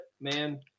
man